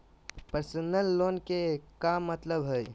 Personal loan के का मतलब हई?